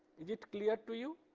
it clear to you?